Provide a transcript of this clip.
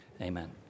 Amen